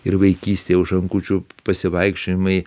ir vaikystė už rankučių pasivaikščiojimai